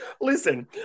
listen